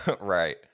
right